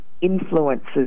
influences